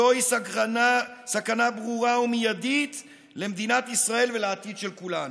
זוהי סכנה ברורה ומיידית למדינת ישראל ולעתיד של כולנו.